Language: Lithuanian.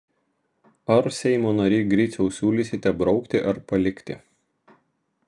ar seimo nary griciau siūlysite braukti ar palikti